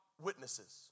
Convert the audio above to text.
witnesses